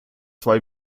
zwei